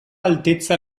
altezza